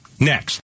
next